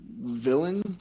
villain